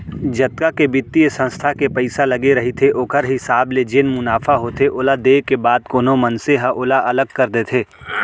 जतका के बित्तीय संस्था के पइसा लगे रहिथे ओखर हिसाब ले जेन मुनाफा होथे ओला देय के बाद कोनो मनसे ह ओला अलग कर देथे